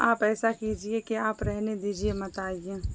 آپ ایسا کیجیے کہ آپ رہنے دیجیے مت آئیے